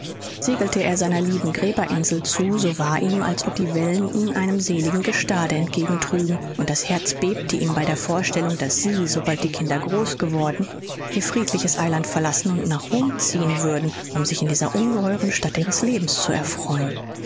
segelte er seiner lieben gräberinsel zu so war ihm als ob die wellen ihn einem seligen gestade entgegentrügen und das herz bebte ihm bei der vorstellung daß sie sobald die kinder groß geworden ihr friedliches eiland verlassen und nach rom ziehen würden um sich in dieser ungeheuren stadt ihres lebens zu erfreuen